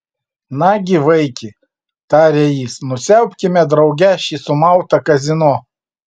nagi vaiki tarė jis nusiaubkime drauge šį sumautą kazino